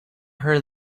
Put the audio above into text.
her